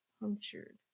punctured